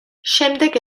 შემდეგ